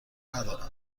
ندارم